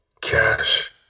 Cash